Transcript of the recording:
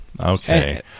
Okay